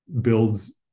builds